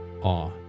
awe